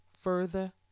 further